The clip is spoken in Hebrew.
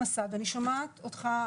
אני שומעת אותך,